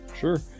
sure